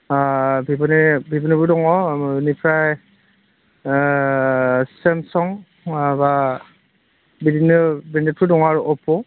भिभ'निबो दङ इनिफ्राय ओ सेमसुं नङाब्ला बिदिनो दङ अपप'